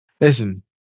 Listen